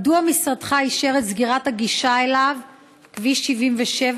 מדוע משרדך אישר את סגירת הגישה אליו מכביש 77,